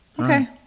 Okay